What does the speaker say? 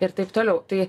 ir taip toliau tai